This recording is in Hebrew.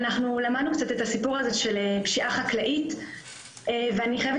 אנחנו למדנו קצת את הסיפור הזה של פשיעה חקלאית ואני חייבת